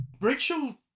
Rachel